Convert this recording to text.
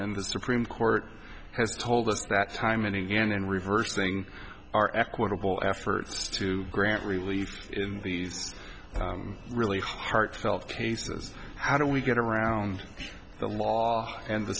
and the supreme court has told us that time and again and reversing our equitable efforts to grant relief in these really heartfelt cases how do we get around the law and the